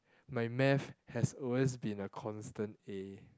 my math has always been a constant a